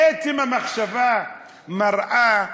עצם המחשבה מראה